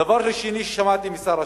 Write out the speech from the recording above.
דבר שני ששמעתי משר השיכון,